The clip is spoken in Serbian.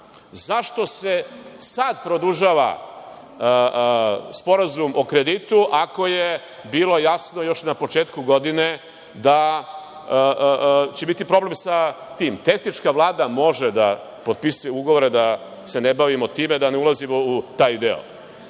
Zašto se sad produžava sporazum o kreditu ako je bilo jasno još na početku godine da će biti problem sa tim? Tehnička Vlada može da potpisuje ugovore, da se ne bavimo time, da ne ulazimo u taj